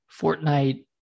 Fortnite